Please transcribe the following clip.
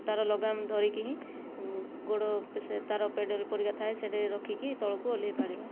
ତା'ର ଲଗାମ ଧରିକି ହିଁ ଗୋଡ଼ ସେ ତା'ର ପେଡାଲ ପରିକା ଥାଏ ସେଇଠେ ରଖିକି ତଳକୁ ଓହ୍ଲାଇ ପାରିବା